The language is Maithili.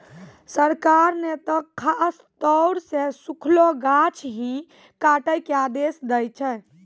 सरकार नॅ त खासतौर सॅ सूखलो गाछ ही काटै के आदेश दै छै